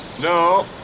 No